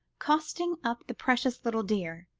cosseting up the precious little dear,